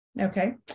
Okay